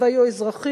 צבאי או אזרחי,